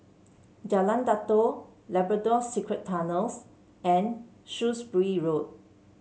Jalan Datoh Labrador Secret Tunnels and Shrewsbury Road